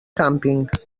càmping